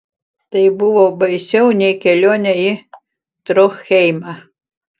tai buvo baisiau nei kelionė į tronheimą